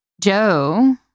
Joe